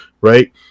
right